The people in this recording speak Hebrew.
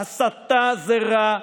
הסתה זה רע,